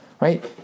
Right